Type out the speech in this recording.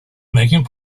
making